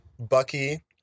bucky